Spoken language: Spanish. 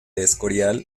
escorial